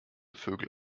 vögel